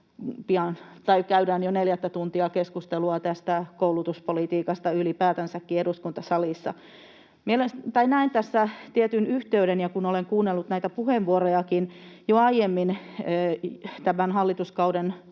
käydään jo neljättä tuntia keskustelua tästä koulutuspolitiikasta ylipäätänsäkin eduskuntasalissa. Näen tässä tietyn yhteyden, kun olen kuunnellut näitä puheenvuorojakin, jo aiemmin tämän hallituskauden aikana